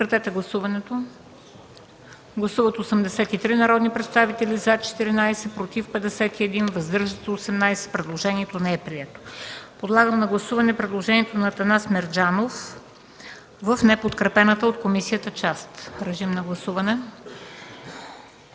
комисията част. Гласували 83 народни представители: за 14, против 51, въздържали се 18. Предложението не е прието. Подлагам на гласуване предложението на Атанас Мерджанов в неподкрепената от комисията част. Гласували